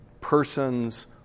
person's